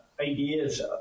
ideas